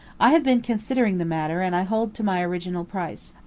i have been considering the matter and i hold to my original price.